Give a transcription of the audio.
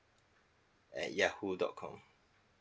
at yahoo dot com